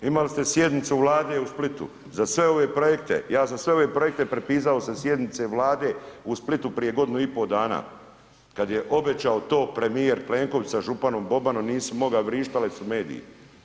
Imali ste i sjednicu Vlade u Splitu za sve ove projekte, ja sam sve ove projekte prepisao sa sjednice Vlade u Splitu prije godinu i pol dana kada je obećao to premijer Plenković sa županom Bobanom, nisi mogao vrištali su mediji.